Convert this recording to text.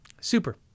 super